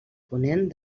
ponent